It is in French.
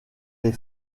les